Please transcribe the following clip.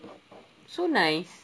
so nice